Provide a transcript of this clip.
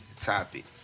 topic